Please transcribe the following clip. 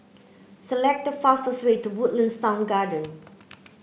select the fastest way to Woodlands Town Garden